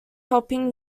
helping